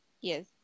Yes